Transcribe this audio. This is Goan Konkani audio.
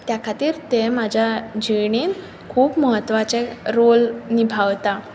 त्या खातीर ते म्हज्या जिणेंत खूब म्हत्वाचे रोल निभावतात